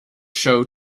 show